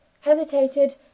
hesitated